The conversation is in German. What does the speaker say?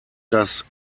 das